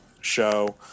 show